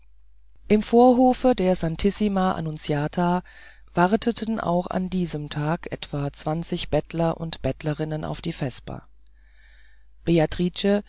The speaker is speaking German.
im vorhofe der santissima annunziata warteten auch an diesem abend etwa zwanzig bettler und bettlerinnen auf die vesper beatrice